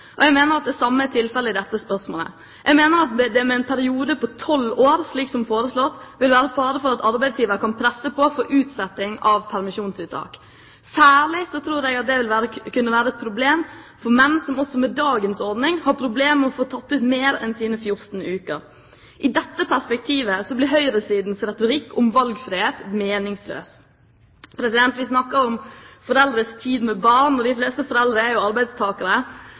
og jeg mener at det samme er tilfellet i dette spørsmålet. Jeg mener at det med en periode på tolv år, slik som foreslått, vil innebære fare for at arbeidsgiver kan presse på for utsetting av permisjonsuttak. Særlig tror jeg det vil kunne være et problem for menn som også med dagens ordning har problemer med å få tatt ut mer enn sine 14 uker. I dette perspektivet blir høyresidens retorikk om valgfrihet meningsløs. Vi snakker om foreldres tid med barn, og de fleste foreldre er jo arbeidstakere.